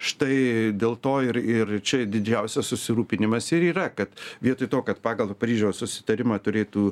štai dėl to ir ir čia didžiausias susirūpinimas ir yra kad vietoj to kad pagal paryžiaus susitarimą turėtų